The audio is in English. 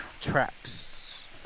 tracks